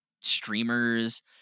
streamers